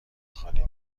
خالی